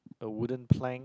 a wooden plank